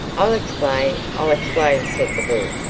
i'll explain, i'll explain, said the bull.